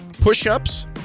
push-ups